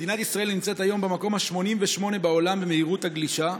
מדינת ישראל נמצאת היום במקום ה-88 בעולם מבחינת מהירות הגלישה.